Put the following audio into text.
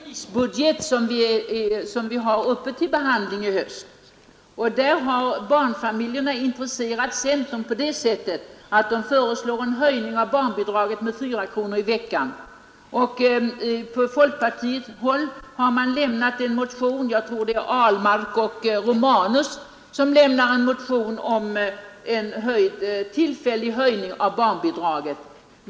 Herr talman! Jag diskuterar i dag den krisbudget som vi har uppe till behandling i höst. Där har barnfamiljerna intresserat centern på det sättet att man föreslår en höjning av barnbidraget med 4 kronor i veckan. Från folkpartihåll har man väckt en motion — jag tror det är herrar Ahlmark och Romanus som gjort det — om en tillfällig höjning av barnbidraget.